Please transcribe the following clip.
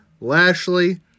Lashley